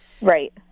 right